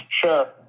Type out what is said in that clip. Sure